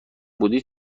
بودی